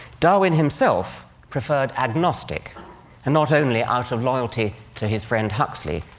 darwin himself preferred agnostic and not only out of loyalty to his friend huxley,